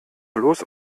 bloß